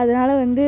அதனால வந்து